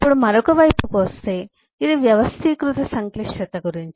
ఇప్పుడు మరొక వైపుకు వస్తే కాబట్టి ఇది వ్యవస్థీకృత సంక్లిష్టత గురించి